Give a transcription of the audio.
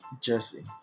Jesse